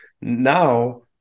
Now